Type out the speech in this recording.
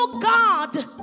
God